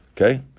Okay